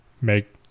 make